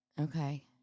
Okay